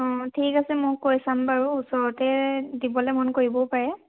অঁ ঠিক আছে মই কৈ চাম বাৰু ওচৰতে দিবলৈ মন কৰিবও পাৰে